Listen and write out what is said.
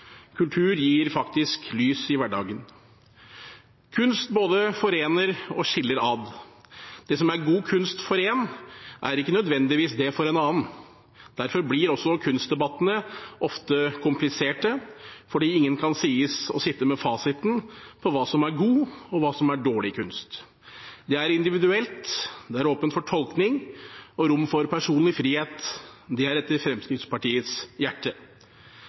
Kultur gir faktisk lys i hverdagen. Kunst både forener og skiller ad. Det som er god kunst for én, er ikke nødvendigvis det for en annen. Derfor blir også kunstdebattene ofte kompliserte, for ingen kan sies å sitte med fasiten på hva som er god og hva som er dårlig kunst. Det er individuelt, det er åpent for tolkning og rom for personlig frihet – det er etter Fremskrittspartiets hjerte.